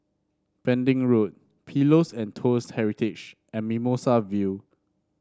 Pending Road Pillows and Toast Heritage and Mimosa View